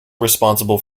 responsible